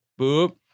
boop